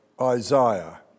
Isaiah